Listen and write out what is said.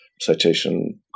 Citation